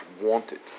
wanted